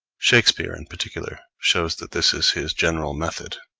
shakespeare, in particular, shows that this is his general method,